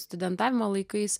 studentavimo laikais